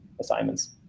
assignments